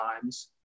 times